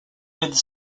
with